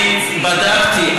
אני בדקתי.